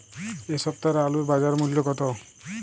এ সপ্তাহের আলুর বাজার মূল্য কত?